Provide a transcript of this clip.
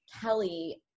Kelly